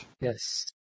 Yes